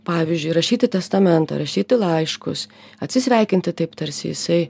pavyzdžiui rašyti testamentą rašyti laiškus atsisveikinti taip tarsi jisai